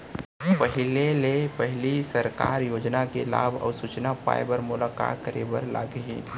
पहिले ले पहिली सरकारी योजना के लाभ अऊ सूचना पाए बर मोला का करे बर लागही?